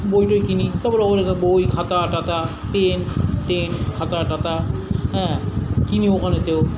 বই টই কিনি তারপরে ওখানকার বই খাতা টাতা পেন পেন খাতা টাতা হ্যাঁ কিনি ওখানেতেও